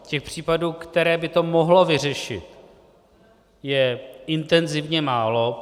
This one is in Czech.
Těch případů, které by to mohlo vyřešit, je intenzivně málo.